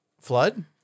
Flood